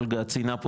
אולגה ציינה פה,